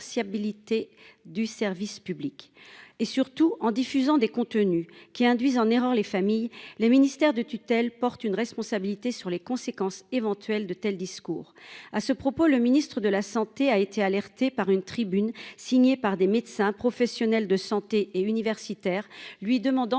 du service public et surtout en diffusant des contenus qui induisent en erreur les familles, les ministères de tutelle porte une responsabilité sur les conséquences éventuelles de tels discours. À ce propos le ministre de la Santé a été alerté par une tribune signée par des médecins, professionnels de santé et universitaire, lui demandant